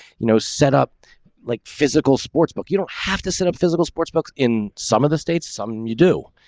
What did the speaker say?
you know, set up like physical sports book. you don't have to sit up physical sports books in some of the state's some you d'oh!